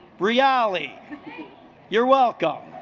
bree ollie you're welcome